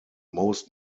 most